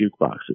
jukeboxes